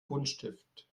buntstift